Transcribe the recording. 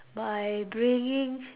by bringing